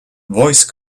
voice